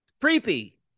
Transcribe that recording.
Creepy